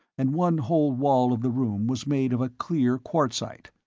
and one whole wall of the room was made of clear quartzite.